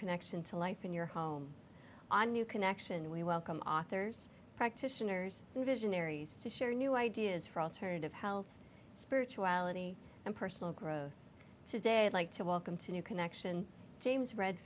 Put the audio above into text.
connection to life in your home on new connection we welcome authors practitioners visionaries to share new ideas for alternative health spirituality and personal growth today i'd like to welcome to new connection james